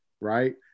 right